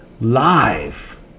live